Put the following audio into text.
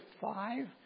five